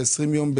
ב-20 ימים,